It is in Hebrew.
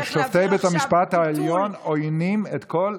כי שופטי בית המשפט העליון עוינים את כל אמונתנו.